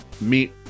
meet